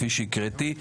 כפי שהקראתי,